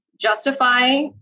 justify